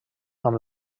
amb